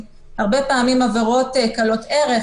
הרבה פעמים בגלל עברות קלות ערך,